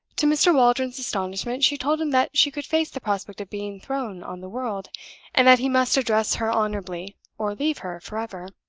to mr. waldron's astonishment, she told him that she could face the prospect of being thrown on the world and that he must address her honorably or leave her forever.